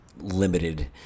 limited